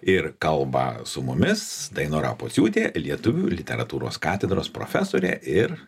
ir kalba su mumis dainora pociūtė lietuvių literatūros katedros profesorė ir